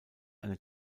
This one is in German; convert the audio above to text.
eine